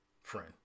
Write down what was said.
friend